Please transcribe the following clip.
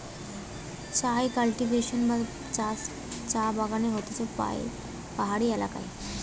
চায় কাল্টিভেশন বা চাষ চা বাগানে হতিছে পাহাড়ি এলাকায়